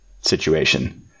situation